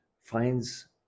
finds